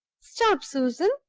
stop, susan!